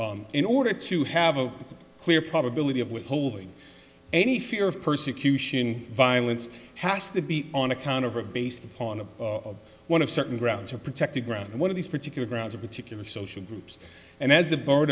on in order to have a clear probability of withholding any fear of persecution violence has to be on account of or based upon a one of certain grounds or protected ground one of these particular grounds or particular social groups and as the board